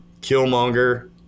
Killmonger